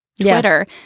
Twitter